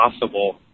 possible